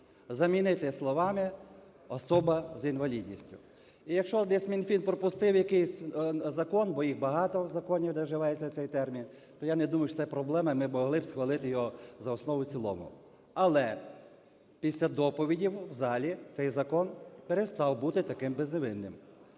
замінити словами "особа з інвалідністю". І якщо десь Мінфін пропустив якийсь закон, бо їх багато законів, де вживається цей термін, то я не думаю, що це проблема, і ми могли б схвалити його за основу і в цілому. Але після доповіді в залі цей закон перестав бути таким безневинним.